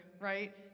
right